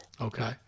Okay